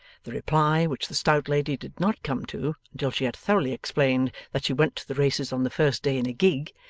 the reply which the stout lady did not come to, until she had thoroughly explained that she went to the races on the first day in a gig,